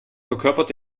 verkörpert